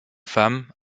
femme